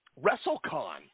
WrestleCon